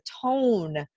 tone